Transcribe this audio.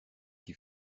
qui